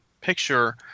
picture